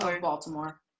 Baltimore